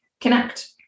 connect